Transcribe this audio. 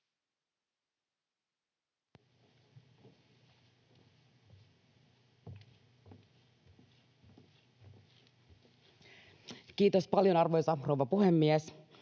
Kiitos paljon, arvoisa rouva puhemies!